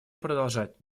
продолжать